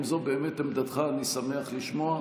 אם זו באמת עמדתך אני שמח לשמוע,